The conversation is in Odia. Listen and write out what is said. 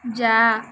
ଯାଅ